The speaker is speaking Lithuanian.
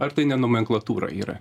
ar tai ne nomenklatūra yra